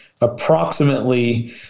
approximately